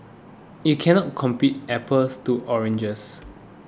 you can not compare apples to oranges